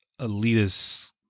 elitist –